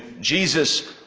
Jesus